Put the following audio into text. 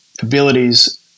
abilities